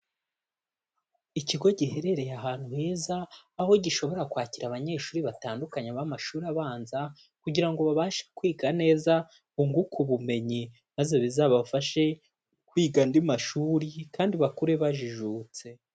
Ikigo giherereye ahantu heza, aho gishobora kwakira abanyeshuri batandukanye b'amashuri abanza kugira ngo babashe kwiga neza, bunguke ubumenyi, maze bizabafashe kwiga andi mashuri kandi bakure bajijutse.